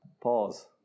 Pause